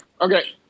okay